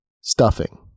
Stuffing